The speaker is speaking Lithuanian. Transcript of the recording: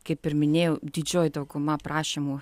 kaip ir minėjau didžioji dauguma prašymų